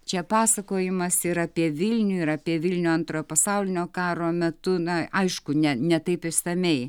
čia pasakojimas yra apie vilnių ir apie vilnių antrojo pasaulinio karo metu na aišku ne ne taip išsamiai